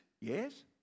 Yes